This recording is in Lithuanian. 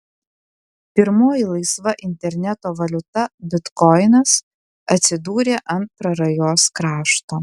pirmoji laisva interneto valiuta bitkoinas atsidūrė ant prarajos krašto